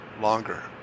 longer